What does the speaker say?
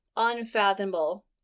unfathomable